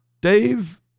Dave